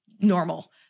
normal